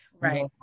Right